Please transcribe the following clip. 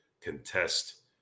contest